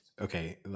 okay